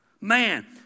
Man